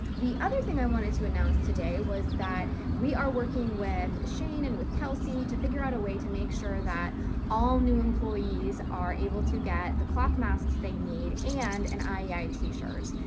the other thing i wanted to announce today was that we are working with shane and with kelsey to figure out a way to make sure that all new employees are able to get the cloth masks they need and an iei t-shirt.